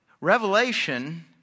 Revelation